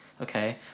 Okay